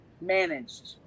managed